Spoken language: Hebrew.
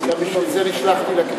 אני לא יכול אחרת, בשביל זה נשלחתי לכנסת.